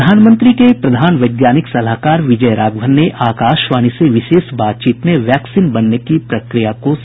प्रधानमंत्री के प्रधान वैज्ञानिक सलाहकार विजय राघवन ने आकाशवाणी से विशेष बातचीत में वैक्सिन बनने की प्रक्रिया को समझाया